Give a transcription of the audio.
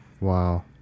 wow